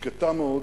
שקטה מאוד,